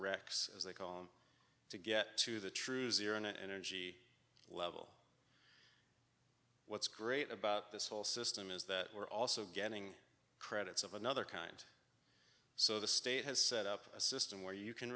rex as they call them to get to the true zero net energy level what's great about this whole system is that we're also getting credits of another kind so the state has set up a system where you can